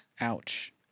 Ouch